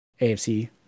AFC